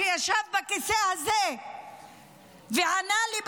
שישב בכיסא הזה וענה לי,